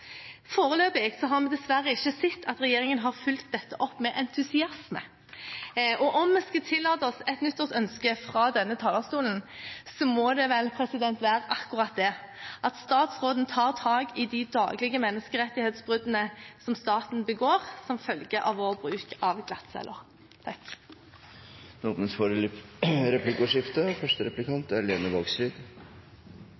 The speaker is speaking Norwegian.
har vi dessverre ikke sett at regjeringen har fulgt dette opp med entusiasme, og om vi skulle tillate oss et nyttårsønske fra denne talerstolen, måtte det vel være akkurat det – at statsråden tar tak i de daglige menneskerettighetsbruddene som staten begår, som følge av vår bruk av glattceller. Det åpnes for replikkordskifte.